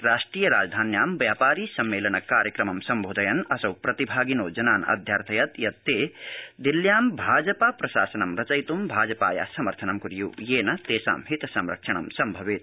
राष्ट्रिय राजधान्याम व्यापारि सम्मेलन कार्यक्रमं सम्बोधयन् असौ प्रतिभागि जनान् अध्यार्थयत् यत् ते दिल्ल्यां भाजपा प्रशासनं रचयित् भाजपाया समर्थनं कुर्यू येन तेषां हितसंरक्षणं सम्भवेत्